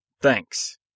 Thanks